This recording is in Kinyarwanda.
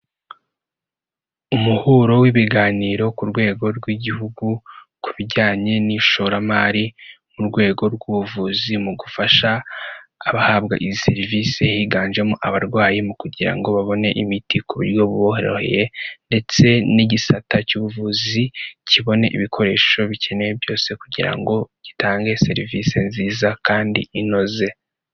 Umuhuro w'ibiganiro ku rwego rw'Igihugu, ku bijyanye n'ishoramari mu rwego rw'ubuvuzi mu gufasha abahabwa izi serivisi, higanjemo abarwayi mu kugira ngo babone imiti ku buryo buboroheye, ndetse n'igisata cy'ubuvuzi kibone ibikoresho bikenewe byose, kugira ngo gitange serivisi nziza kandi inoze.